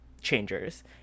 changers